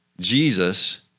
Jesus